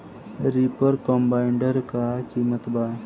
Reaper combiner का किमत बा?